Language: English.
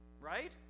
Right